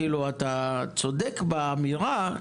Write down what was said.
אתה צודק באמירה,